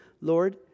Lord